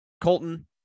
Colton